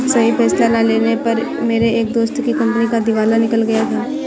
सही फैसला ना लेने पर मेरे एक दोस्त की कंपनी का दिवाला निकल गया था